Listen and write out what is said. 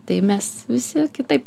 tai mes visi kitaip